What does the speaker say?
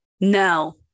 No